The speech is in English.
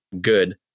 good